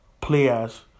players